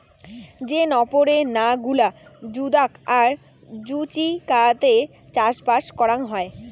যে নপরে না গুলা জুদাগ আর জুচিকাতে চাষবাস করাং হই